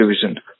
division